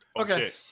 Okay